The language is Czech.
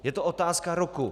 Je to otázka roku.